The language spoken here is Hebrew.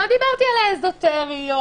לא דיברתי על האזוטרי.